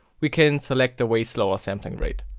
we can select a way slower sampling rate.